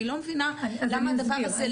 אני לא מבינה למה דבר הזה.